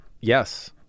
Yes